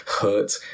hurt